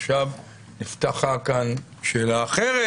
עכשיו נפתחה כאן שאלה אחרת: